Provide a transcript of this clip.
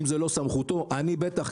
אם זה לא בסמכותו אני בטח,